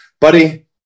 Buddy